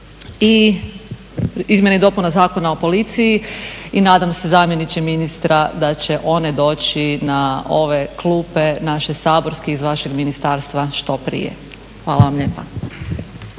Izmjene i dopune Zakona o policiji i nadam se zamjeniče ministra da će one doći na ove klupe, naše saborske iz vašeg ministarstva što prije. Hvala vam lijepa.